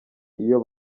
iyo